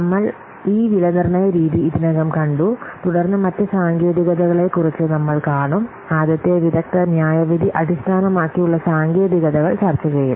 നമ്മൾ ഈ വിലനിർണ്ണയ രീതി ഇതിനകം കണ്ടു തുടർന്ന് മറ്റ് സാങ്കേതികതകളെക്കുറിച്ച് നമ്മൾ കാണും ആദ്യത്തെ വിദഗ്ദ്ധ ന്യായവിധി അടിസ്ഥാനമാക്കിയുള്ള സാങ്കേതികതകൾ ചർച്ച ചെയ്യും